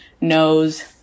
knows